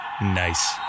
Nice